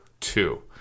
two